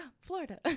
Florida